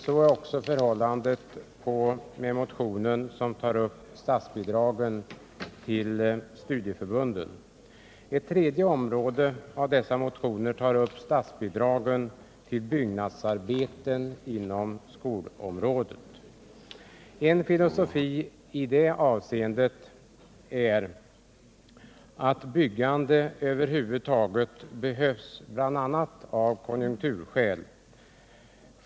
Så är också förhållandet med motionen som tar upp statsbidragen till studieförbunden. Ett tredje område som dessa motioner tar upp är statsbidragen till byggnadsarbeten inom skolområdet. En filosofi i det avseendet är att byggande över huvud taget behövs bl.a. av konjunkturskäl.